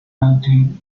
mountain